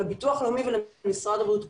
לביטוח לאומי ולמשרד הבריאות.